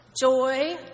joy